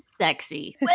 sexy